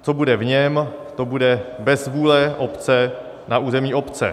Co bude v něm, to bude bez vůle obce na území obce.